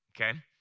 okay